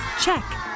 Check